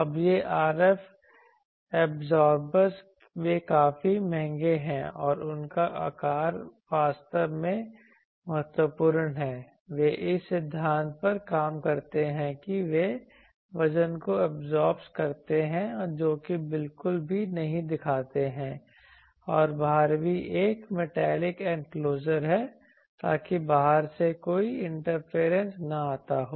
अब यह RF absorbers वे काफी महंगे हैं और उनका आकार वास्तव में महत्वपूर्ण है वे इस सिद्धांत पर काम करते हैं कि वे वजन को एब्जॉर्ब करते हैं जो वे बिल्कुल भी नहीं दिखाते हैं और बाहर भी एक मैटालिक एंक्लोजर है ताकि बाहर से कोई इंटरफेरेंस न आता हो